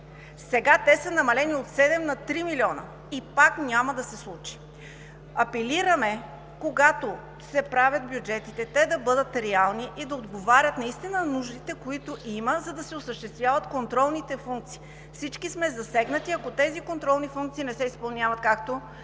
Сега те са намалени от 7 на 3 милиона, и пак няма да се случи. Апелираме когато се правят бюджетите, те да бъдат реални и да отговарят наистина на нуждите, които има, за да се осъществяват контролните функции. Всички сме засегнати, ако тези контролни функции не се изпълняват както